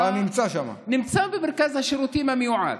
נמצא במרכז השירותים המיועד.